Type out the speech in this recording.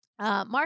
Mark